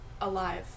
alive